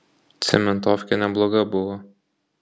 cementofkė nebloga buvo